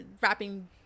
Wrapping